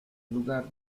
lugar